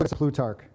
Plutarch